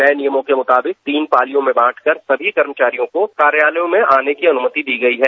नये नियमों के मुताबिक तीन पारियों में बांटकर सभी कर्मचारियों को कार्यालय में आने की अनुमति दी गई है